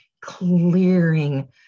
clearing